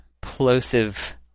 plosive